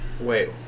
Wait